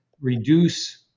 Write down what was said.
reduce